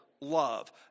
love